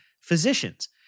physicians